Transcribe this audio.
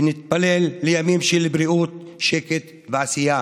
ונתפלל לימים של בריאות, שקט ועשייה.